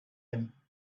him